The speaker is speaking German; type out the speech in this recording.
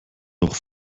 auch